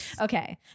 Okay